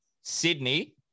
Sydney